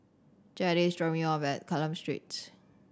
Jetta is dropping me off at Mccallum Street